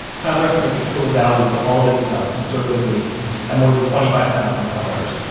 tyler estimates the total value for all of his stuff conservatively at more than twenty five thousand dollars.